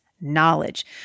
knowledge